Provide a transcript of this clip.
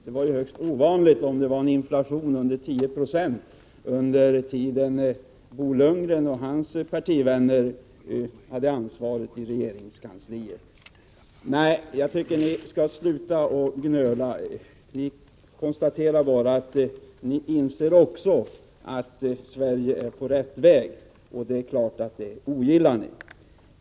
Det var högst ovanligt om det var en inflation under 10 90 under den tid då Bo Lundgren och hans partivänner hade ansvaret i regeringskansliet. Jag tycker att ni skall sluta att gnöla. Vi konstaterar bara att ni också inser att Sverige är på rätt väg, och det är klart att ni ogillar detta.